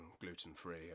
gluten-free